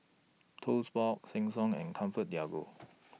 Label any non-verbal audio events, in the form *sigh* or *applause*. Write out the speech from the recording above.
Toast Box Sheng Siong and ComfortDelGro *noise*